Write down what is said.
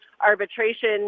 arbitration